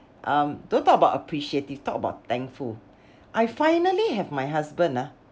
um don't talk about appreciative talk about thankful I finally have my husband ah